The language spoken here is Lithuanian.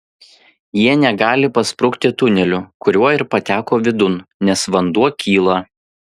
jie negali pasprukti tuneliu kuriuo ir pateko vidun nes vanduo kyla